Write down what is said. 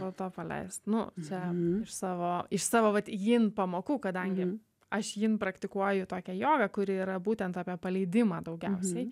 po to paleist nu čia iš savo iš savo vat jin pamokų kadangi aš jin praktikuoju tokią jogą kuri yra būtent apie paleidimą daugiausiai